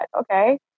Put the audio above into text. Okay